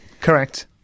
Correct